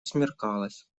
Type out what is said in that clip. смеркалось